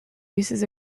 uses